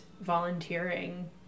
volunteering